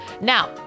Now